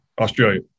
Australia